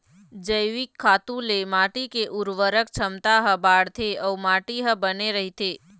जइविक खातू ले माटी के उरवरक छमता ह बाड़थे अउ माटी ह बने रहिथे